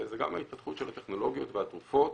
זה גם ההתפתחות של הטכנולוגיות והתרופות